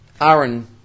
Aaron